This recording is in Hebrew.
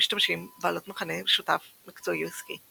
משתמשים בעלות מכנה משותף מקצועי או עסקי,